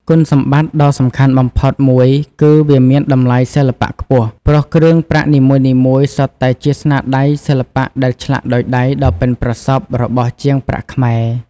គុណសម្បត្តិដ៏សំខាន់បំផុតមួយគឺ វាមានតម្លៃសិល្បៈខ្ពស់ ព្រោះគ្រឿងប្រាក់នីមួយៗសុទ្ធតែជាស្នាដៃសិល្បៈដែលឆ្លាក់ដោយដៃដ៏ប៉ិនប្រសប់របស់ជាងប្រាក់ខ្មែរ។